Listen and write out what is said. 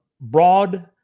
broad